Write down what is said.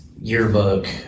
Yearbook